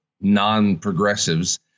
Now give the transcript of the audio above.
non-progressives